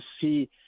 see